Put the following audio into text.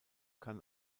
kann